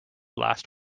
last